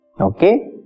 Okay